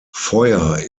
feuer